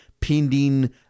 pending